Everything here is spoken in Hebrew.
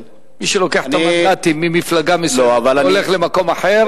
מי שלוקח את המנדטים ממפלגה מסוימת והולך למקום אחר,